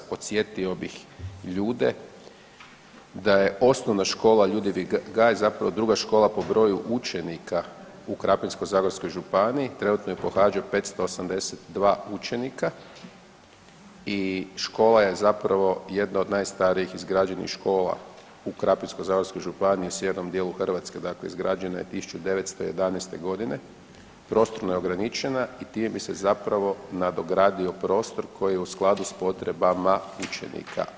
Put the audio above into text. Podsjetio bih ljude da je OŠ „Ljudevit Gaj“ druga škola po broju učenika u Krapinsko-zagorskoj županiji, trenutno ju pohađa 582 učenika i škola je zapravo jedna od najstarijih izgrađenih škola u Krapinsko-zagorskoj županiji u sjevernom dijelu Hrvatske, dakle izgrađena je 1911.g., prostorno je ograničena i time bi se zapravo nadogradio prostor koji je u skladu s potrebama učenika.